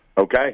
Okay